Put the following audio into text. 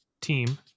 team